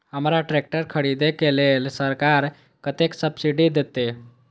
हमरा ट्रैक्टर खरदे के लेल सरकार कतेक सब्सीडी देते?